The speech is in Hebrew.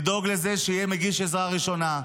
לדאוג לזה שיהיה מגיש עזרה ראשונה,